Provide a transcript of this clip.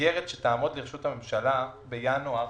המסגרת שתעמוד לרשות הממשלה בינואר